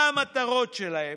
מה המטרות שלהם.